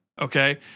okay